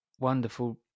wonderful